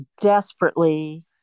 desperately